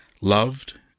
loved